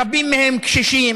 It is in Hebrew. רבים מהם קשישים,